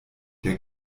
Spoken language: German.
der